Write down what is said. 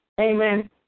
Amen